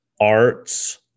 arts